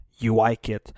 UIKit